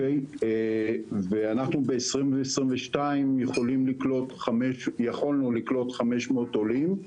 ואנחנו ב-2022 יכולנו לקלוט 500 עולים,